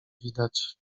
widać